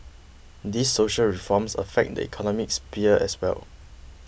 these social reforms affect the economic sphere as well